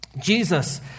Jesus